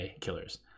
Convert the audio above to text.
killers